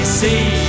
see